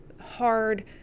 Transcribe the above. hard